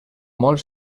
molt